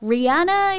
Rihanna